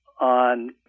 on